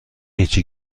هیچی